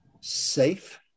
safe